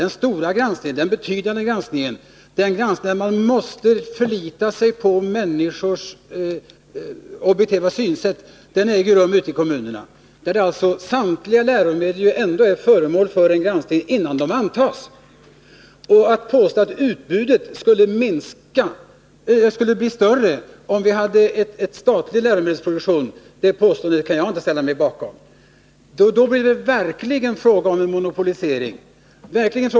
Den stora och betydande granskningen, där man måste förlita sig på människors objektiva synsätt, äger rum ute i kommunerna, där samtliga läromedel är föremål för granskning innan de antas. Påståendet att utbudet skulle bli större om vi hade en statlig läromedelsproduktion kan jag inte ställa mig bakom. Då skulle det verkligen bli fråga om en monopolisering.